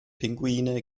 pinguine